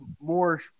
more